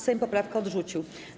Sejm poprawkę odrzucił.